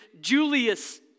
Julius